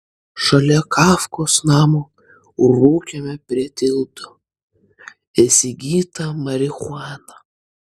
šalia kafkos namo rūkėme prie tilto įsigytą marihuaną